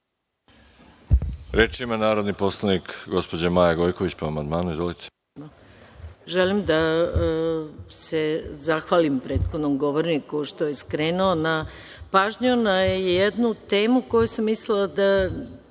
Reč ima narodni poslanik gospođa Maja Gojković, po amandmanu. Izvolite.